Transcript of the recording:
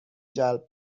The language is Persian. جلب